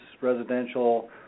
residential